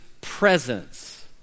presence